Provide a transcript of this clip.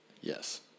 Yes